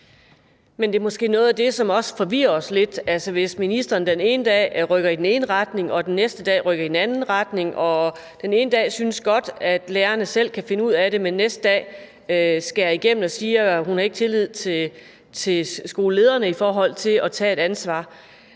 Men det er måske noget af det, som også forvirrer os lidt, altså at ministeren den ene dag rykker i den ene retning og den næste rykker i den anden retning. Den ene dag synes ministeren godt, at lærerne selv kan finde ud af det, men den næste dag skærer hun igennem og siger, at hun ikke har tillid til skolelederne, i forhold til at de kan tage et ansvar.